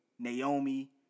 Naomi